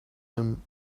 him